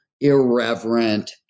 irreverent